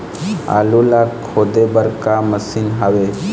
आलू ला खोदे बर का मशीन हावे?